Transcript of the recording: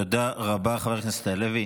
תודה רבה, חבר הכנסת הלוי.